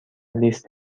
لیست